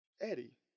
Eddie